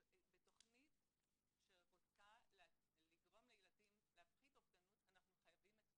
בתוכנית שרוצה לגרום לילדים להפחית אובדנות אנחנו חייבים את כולם.